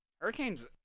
Hurricanes